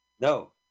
no